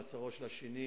מעצרו של השני,